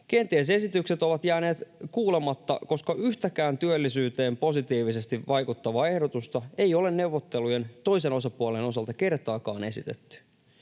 Kenties esitykset ovat jääneet kuulematta, koska yhtäkään työllisyyteen positiivisesti vaikuttavaa ehdotusta ei ole neuvottelujen toisen osapuolen osalta kertaakaan esitetty.